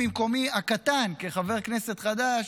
ממקומי הקטן כחבר כנסת חדש,